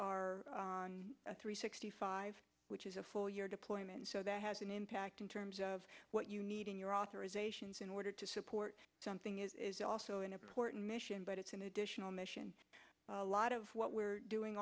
are on three sixty five which is a four year deployment so that has an impact in terms of what you need in your authorisations in order to support something is also an important mission but it's an additional mission a lot of what we're doing